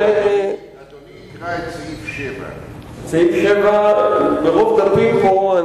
אדוני יקרא את סעיף 7. מרוב דפים פה,